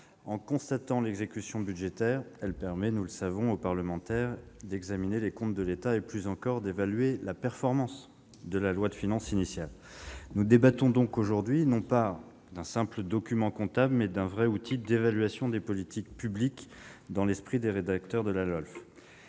En constatant l'exécution budgétaire, cette étude permet aux parlementaires d'examiner les comptes de l'État et, plus encore, d'évaluer la performance de la loi de finances initiale. Nous débattons donc aujourd'hui non pas d'un simple document comptable, mais d'un vrai outil d'évaluation des politiques publiques, dans l'esprit des rédacteurs de la LOLF.